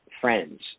friends